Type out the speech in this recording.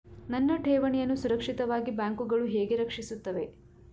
ನನ್ನ ಠೇವಣಿಯನ್ನು ಸುರಕ್ಷಿತವಾಗಿ ಬ್ಯಾಂಕುಗಳು ಹೇಗೆ ರಕ್ಷಿಸುತ್ತವೆ?